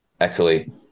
Italy